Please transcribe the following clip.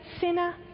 sinner